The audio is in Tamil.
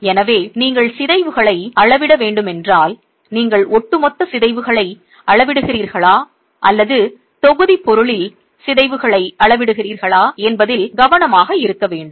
எனவே நீங்கள் சிதைவுகளை உருக்குலைவு அளவிட வேண்டும் என்றால் நீங்கள் ஒட்டுமொத்த சிதைவுகளை அளவிடுகிறீர்களா அல்லது தொகுதிப் பொருளில் சிதைவுகளை அளவிடுகிறீர்களா என்பதில் கவனமாக இருக்க வேண்டும்